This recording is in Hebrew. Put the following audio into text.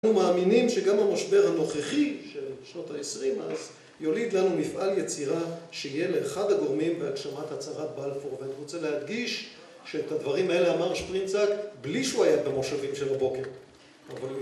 אנחנו מאמינים שגם המשבר הנוכחי של שנות ה-20 אז, יוליד לנו מפעל יצירה שיהיה לאחד הגורמים בהגשמת הצהרת בלפור ואני רוצה להדגיש שאת הדברים האלה אמר שפרינצק בלי שהוא היה את המושבים של הבוקר.